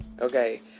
okay